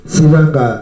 Sivanga